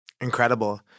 Incredible